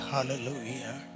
Hallelujah